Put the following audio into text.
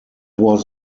was